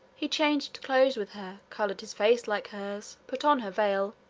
he changed clothes with her, colored his face like hers, put on her veil,